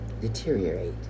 deteriorate